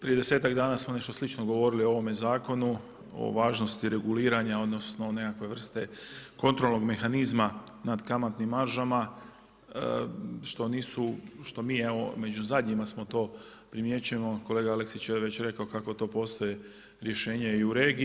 Prije desetak dana smo nešto slično govorili o ovome zakonu, o važnosti reguliranja, odnosno nekakve vrste kontrolnog mehanizma nad kamatnim maržama što nisu, što mi evo među zadnjima smo to primjećujemo kolega Aleksić je već rekao kako to postoji rješenje i u regiji.